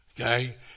Okay